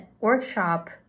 workshop